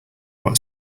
what